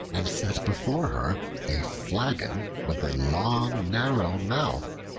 and set before her a flagon with a long narrow mouth,